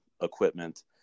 equipment